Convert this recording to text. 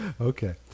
Okay